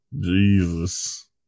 Jesus